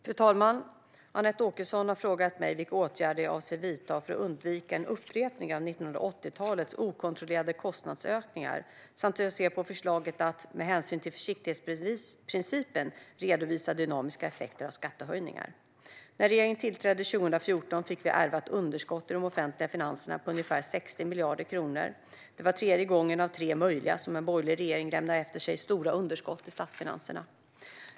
Fru talman! Anette Åkesson har frågat mig vilka åtgärder jag avser att vidta för att undvika en upprepning av 1980-talets okontrollerade kostnadsökningar samt hur jag ser på förslaget att, med hänsyn till försiktighetsprincipen, redovisa dynamiska effekter av skattehöjningar. När regeringen tillträdde 2014 fick vi ärva ett underskott i de offentliga finanserna på ungefär 60 miljarder kronor. Det var tredje gången av tre möjliga som en borgerlig regering lämnade efter sig stora underskott i statsfinanserna.